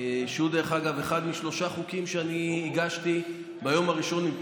שהוא אחד משלושה חוקים שהגשתי ביום הראשון,